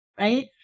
right